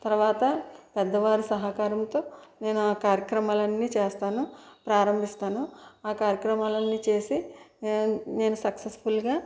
తర్వాత పెద్దవారి సహకారంతో నేను ఆ కార్యక్రమాలన్నీ చేస్తాను ప్రారంభిస్తాను ఆ కార్యక్రమాలన్ని చేసి నేను సక్సెస్ఫుల్గా